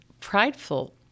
prideful